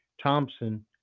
Thompson